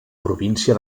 província